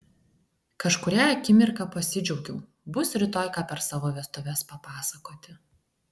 kažkurią akimirką pasidžiaugiau bus rytoj ką per savo vestuves papasakoti